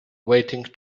waiting